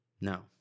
No